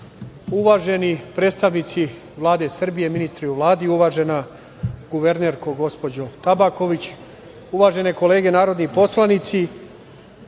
Raguš. Uvaženi predstavnici Vlade Srbije, ministri u Vladi, uvažena guvernerko gospođo Tabaković, uvažene kolege narodni poslanici,